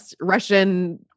Russian